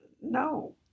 no